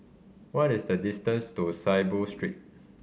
what is the distance to Saiboo Street